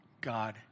God